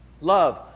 Love